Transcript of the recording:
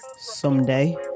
someday